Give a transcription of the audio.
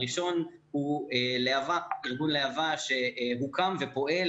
הראשון הוא ארגון להב"ה שהוקם ופועל